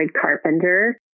carpenter